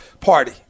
party